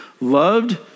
loved